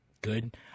good